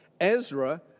Ezra